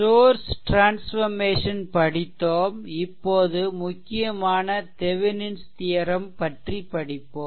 source transformation படித்தோம் இப்போது முக்கியமான தெவெனின்ஸ் தியெரெம்Thevenin's theorem பற்றி படிப்போம்